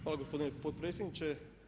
Hvala gospodine potpredsjedniče.